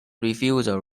refusal